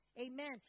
amen